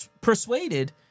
persuaded